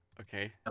Okay